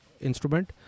instrument